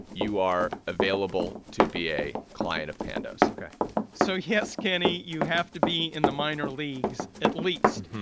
you are available to be a client of pando ok so, yes, kenny, you have to be in the minor leagues, at least.